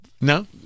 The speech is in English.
No